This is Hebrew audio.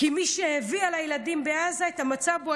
כי מי שהביא על הילדים בעזה את המצב שבו